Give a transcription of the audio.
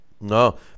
No